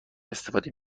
استفاده